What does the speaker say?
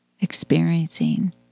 experiencing